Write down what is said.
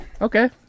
Okay